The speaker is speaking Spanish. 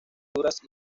duras